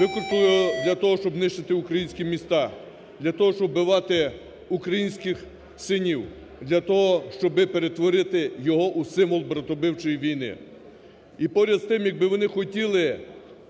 його для того, щоб нищити українські міста, для того, щоб вбивати українських синів, для того, щоб перетворити його у символ братовбивчої війни. І поряд з тим, якби вони хотіли